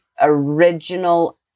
original